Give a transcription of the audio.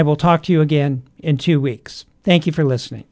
i will talk to you again in two weeks thank you for listening